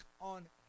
on